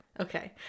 Okay